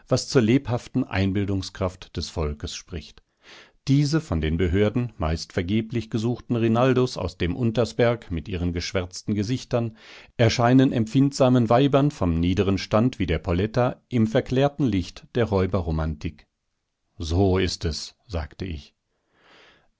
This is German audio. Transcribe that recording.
was zur lebhaften einbildungskraft des volkes spricht diese von den behörden meist vergeblich gesuchten rinaldos aus dem untersberg mit ihren geschwärzten gesichtern erscheinen empfindsamen weibern von niederem stand wie der poletta im verklärten licht der räuberromantik so ist es sagte ich